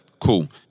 Cool